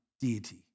deity